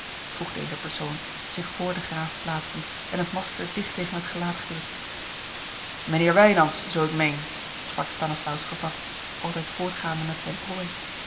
vroeg deze persoon zich vr den graaf plaatsend en het masker dicht tegen het gelaat gedrukt mijnheer wijnands zoo ik meen sprak stanislaus gevat altijd voortgaande met zijne prooi